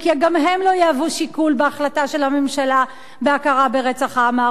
גם הם לא יהוו שיקול בהחלטה של הממשלה על ההכרה ברצח העם הארמני.